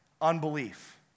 unbelief